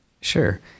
Sure